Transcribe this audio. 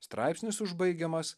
straipsnis užbaigiamas